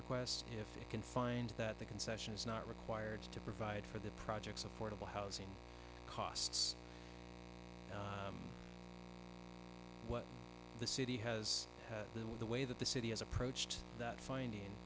request if it can find that the concession is not required to provide for the project's affordable housing costs what the city has the way that the city has approached that finding